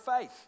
faith